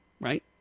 Right